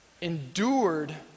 endured